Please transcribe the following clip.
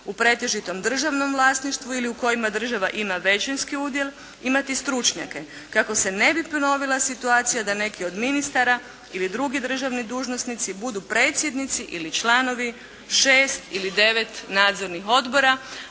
u pretežitom državnom vlasništvu ili u kojima država ima većinski udjel imati stručnjake, kako se ne bi ponovila situacija da neki od ministara ili drugi državni dužnosnici budu predsjednici ili članovi 6 ili 9 nadzornih odbora,